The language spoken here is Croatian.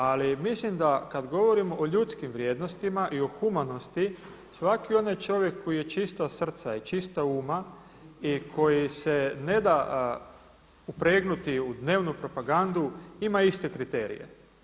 Ali mislim da kada govorimo o ljudskim vrijednostima i o humanosti, svaki onaj čovjek koji je čista srca i čista uma i koji se ne da upregnuti u dnevnu propagandu ima iste kriterije.